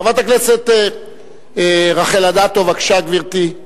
חברת הכנסת רחל אדטו, בבקשה, גברתי.